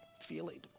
feeling